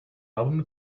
album